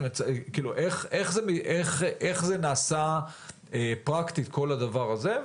איך זה נעשה פרקטית כל הדבר הזה,